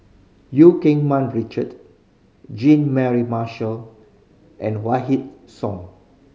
Eu Keng Mun Richard Jean Mary Marshall and Song